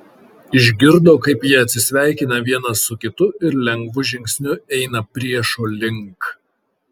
išgirdo kaip jie atsisveikina vienas su kitu ir lengvu žingsniu eina priešo link